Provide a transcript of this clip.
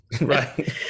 Right